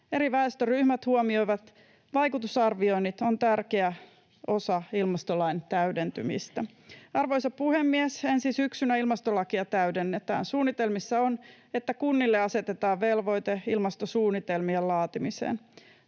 Eri väestöryhmät huomioivat vaikutusarvioinnit ovat tärkeä osa ilmastolain täydentymistä. Arvoisa puhemies! Ensi syksynä ilmastolakia täydennetään. Suunnitelmissa on, että kunnille asetetaan velvoite ilmastosuunnitelmien laatimiseen.